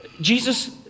Jesus